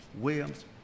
Williams